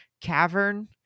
cavern